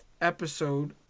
episode